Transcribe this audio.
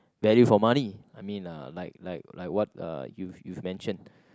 value for money I mean uh like like like what uh you've you've mentioned